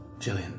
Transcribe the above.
Jillian